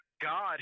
God